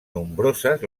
nombroses